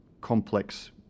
complex